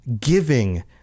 giving